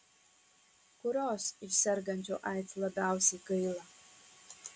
kurios iš sergančių aids labiausiai gaila